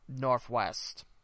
northwest